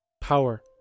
power